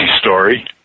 story